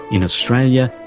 in australia,